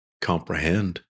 comprehend